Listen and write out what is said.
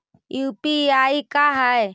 UPI का है?